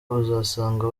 uzasanga